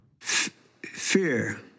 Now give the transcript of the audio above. Fear